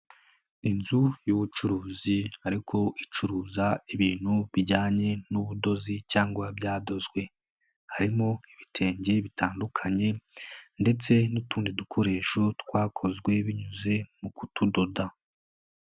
Inzu y'ubucuruzi ariko icuruza ibintu bijyanye n'ubudozi cyangwa byadozwe, harimo ibitenge bitandukanye ndetse n'utundi dukoresho twakozwe binyuze mu kutudoda.